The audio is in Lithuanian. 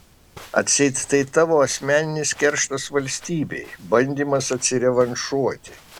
atseit tai tavo asmeninis kerštas valstybei bandymas atsirevanšuoti